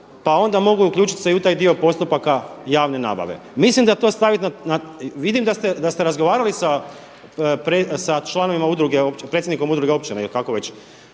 pa onda mogu uključiti se i u taj dio postupaka javne nabave. Vidim da ste razgovarali sa članovima udruge, predsjednikom udruga općina ili kako već,